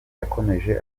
yakomeje